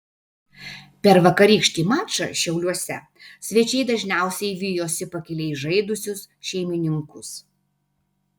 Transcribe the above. per vakarykštį mačą šiauliuose svečiai dažniausiai vijosi pakiliai žaidusius šeimininkus